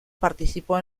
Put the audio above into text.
participó